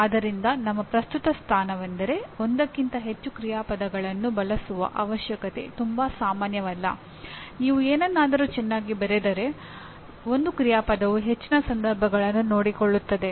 ಆದರೆ ನೈಜ ಜಗತ್ತಿನ ಸಮಸ್ಯೆಗಳು ಸಾಮಾನ್ಯವಾಗಿ ಉತ್ತಮವಾದ ರೀತಿಯಲ್ಲಿ ವ್ಯಾಖ್ಯಾನ ವಾಗಿರುವುದಿಲ್ಲ